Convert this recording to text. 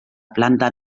planta